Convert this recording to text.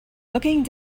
looking